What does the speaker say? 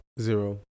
Zero